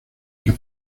que